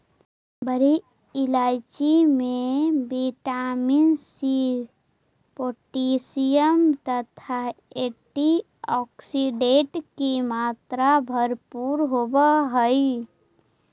बड़ी इलायची में विटामिन सी पोटैशियम तथा एंटीऑक्सीडेंट की मात्रा भरपूर होवअ हई